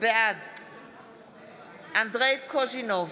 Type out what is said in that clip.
בעד אנדרי קוז'ינוב,